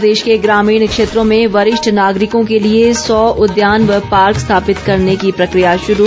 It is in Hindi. प्रदेश के ग्रामीण क्षेत्रों में वरिष्ठ नागरिकों के लिए सौ उद्यान व पार्क स्थापित करने की प्रक्रिया शुरू